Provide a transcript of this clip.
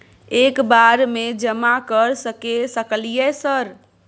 एक बार में जमा कर सके सकलियै सर?